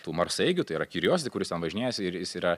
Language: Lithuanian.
tų marsaeigių tai yra kirijozdi kuris ten važinėjasi ir jis yra